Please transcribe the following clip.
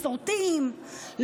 מסורתיים,